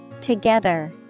Together